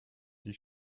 die